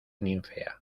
ninfea